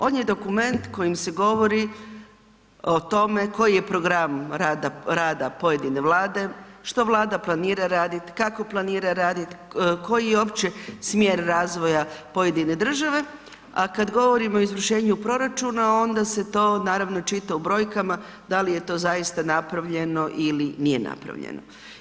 On je dokument kojim se govori o tome koji je program rada pojedine vlade, što vlada planira raditi, kako planira raditi, koji je uopće smjer razvoja pojedine države, a kad govorimo o izvršenju proračuna, onda se to naravno čita u brojkama, da li je to zaista napravljeno ili nije napravljeno.